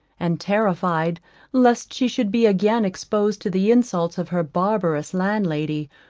and terrified lest she should be again exposed to the insults of her barbarous landlady,